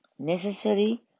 necessary